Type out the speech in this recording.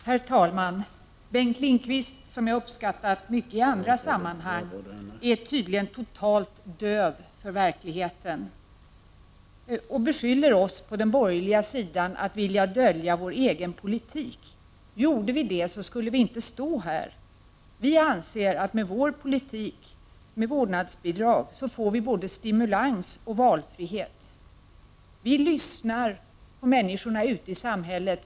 Herr talman! Bengt Lindqvist har jag uppskattat mycket i andra sammanhang, men nu är han tydligen totalt död för verkligheten och beskyller oss på den borgerliga sidan för att vilja dölja vår egen politik. Gjorde vi det skulle vi inte stå här. Vi anser att med vår politik, med vårdnadsbidrag, får vi både stimulans och valfrihet. Vi lyssnar på människorna ute i samhället.